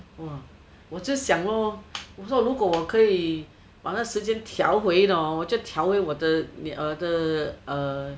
!wah! 我就想 lor 我说如果我可以把那个时间跳回我就跳回